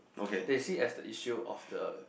they see as the issue of the